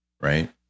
Right